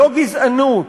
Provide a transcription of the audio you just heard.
לא גזענות,